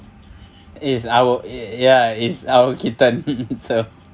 is our y~ ya is our kitten so